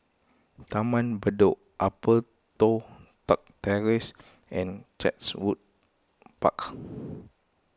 Taman Bedok Upper Toh Tuck Terrace and Chatsworth Park